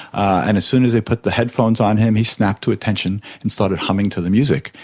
and as soon as they put the headphones on him he snapped to attention and started humming to the music,